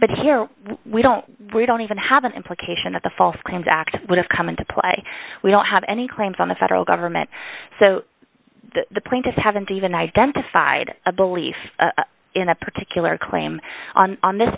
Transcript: but here we don't we don't even have an implication that the false claims act would have come into play we don't have any claims on the federal government so the plaintiffs haven't even identified a belief in a particular claim on this